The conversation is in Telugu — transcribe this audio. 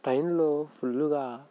ట్రైన్లో ఫుల్లుగా